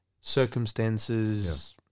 circumstances